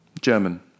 German